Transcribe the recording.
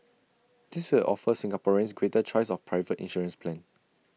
this will offer Singaporeans greater choice of private insurance plans